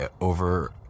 over